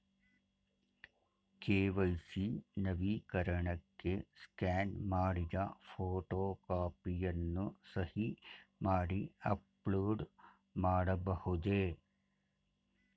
KYC ನವೀಕರಣಕ್ಕೆ scan ಮಾಡಿದ photo ಕಾಪಿಯನ್ನು ಸಹಿ ಮಾಡಿ ಅಪ್ಲೋಡ್ ಮಾಡಬಹುದೇ?